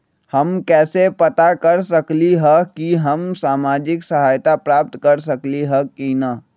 हम कैसे पता कर सकली ह की हम सामाजिक सहायता प्राप्त कर सकली ह की न?